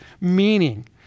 meaning